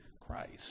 Christ